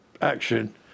action